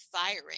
firing